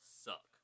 suck